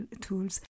tools